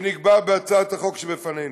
שנקבע בהצעת החוק שבפנינו.